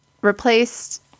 replaced